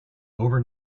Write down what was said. over